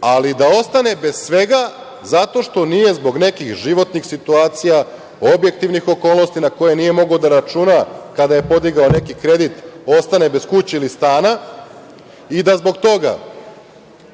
Ali, da ostane bez svega zato što nije zbog nekih životnih situacija, objektivnih okolnosti na koje nije mogao da računa kada je podigao neki kredit, ostane bez kuće ili stana i da zbog toga